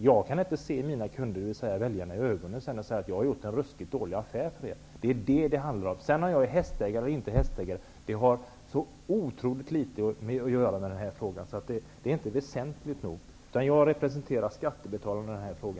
Jag kan inte se mina kunder, dvs. väljarna, i ögonen sedan och säga att jag har gjort en mycket dålig affär. Det är detta som det handlar om. Om jag sedan är hästägare eller inte har så otroligt litet med denna fråga att göra att det inte är väsentligt. Jag representerar skattebetalarna i denna fråga.